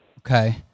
Okay